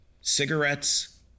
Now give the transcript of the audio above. cigarettes